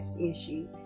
issue